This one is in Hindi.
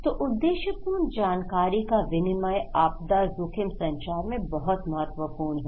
तो उद्देश्यपूर्ण जानकारी का विनिमय आपदा जोखिम संचार में बहुत महत्वपूर्ण है